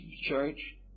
church